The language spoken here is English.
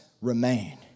remain